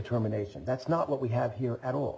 terminations that's not what we have here at all